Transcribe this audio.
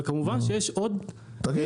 אבל כמובן שיש עוד עניינים.